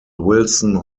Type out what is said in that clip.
wilson